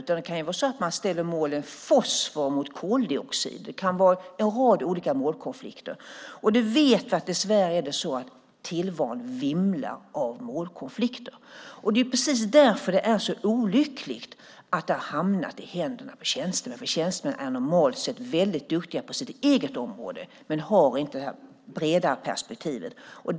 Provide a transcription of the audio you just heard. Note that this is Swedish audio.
Man kan ställa fosfor mot koldioxid. Det kan vara en rad olika målkonflikter. Dessvärre vimlar tillvaron av målkonflikter. Det är precis därför det är så olyckligt att det har hamnat i händerna på tjänstemän. Tjänstemän är normalt sett väldigt duktiga på sitt eget område men har inte det breda perspektivet.